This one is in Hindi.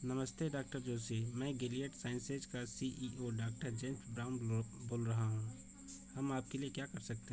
नमस्ते डॉ जोशी मैं गिलियड साइंसेज का C E O doctor James Brown ब्लो बोल रहा हूँ हम आपके लिए क्या कर सकते हैं